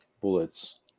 bullets